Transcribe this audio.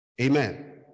Amen